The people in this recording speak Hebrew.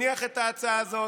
והוא הניח את ההצעה הזאת,